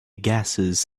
gases